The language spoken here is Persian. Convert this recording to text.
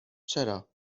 چرا